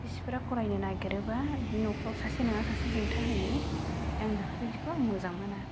बिसिफोरा फरायनो नागिरोबा बिदि न'खराव सासे नङा सासे हेंथा होयो आं बेफोरबायदिखौ आं मोजां मोना